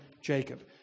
Jacob